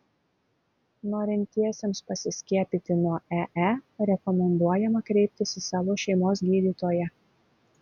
norintiesiems pasiskiepyti nuo ee rekomenduojama kreiptis į savo šeimos gydytoją